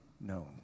known